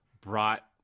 Brought